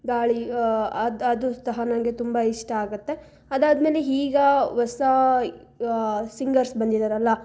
ಗಾಳಿ ಅದು ಅದು ಸಹ ನನಗೆ ತುಂಬ ಇಷ್ಟ ಆಗುತ್ತೆ ಅದಾದಮೇಲೆ ಹೀಗೆ ಹೊಸಾ ಸಿಂಗರ್ಸ್ ಬಂದಿದ್ದಾರಲ್ಲ